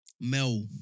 Mel